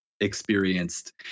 experienced